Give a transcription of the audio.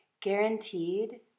guaranteed